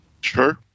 Sure